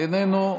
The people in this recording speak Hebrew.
איננו,